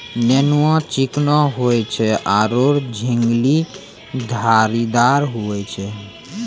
नेनुआ चिकनो होय छै आरो झिंगली धारीदार होय छै